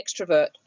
extrovert